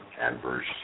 adverse